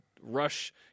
rush